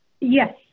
Yes